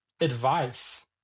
advice